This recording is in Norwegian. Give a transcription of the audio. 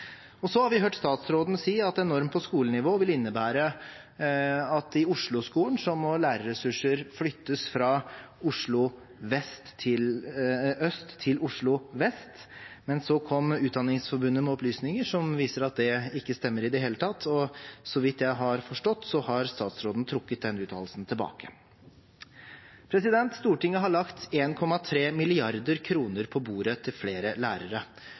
har hørt statsråden si at en norm på skolenivå vil innebære at i Oslo-skolen må lærerressurser flyttes fra Oslo øst til Oslo vest. Så kom Utdanningsforbundet med opplysninger som viser at det ikke stemmer i det hele tatt, og så vidt jeg har forstått, har statsråden trukket den uttalelsen tilbake. Stortinget har lagt 1,3 mrd. kr på bordet til flere lærere.